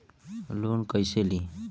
Loan कईसे ली?